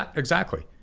ah exactly.